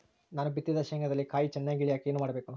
ನಾನು ಬಿತ್ತಿದ ಶೇಂಗಾದಲ್ಲಿ ಕಾಯಿ ಚನ್ನಾಗಿ ಇಳಿಯಕ ಏನು ಮಾಡಬೇಕು?